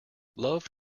love